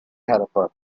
harper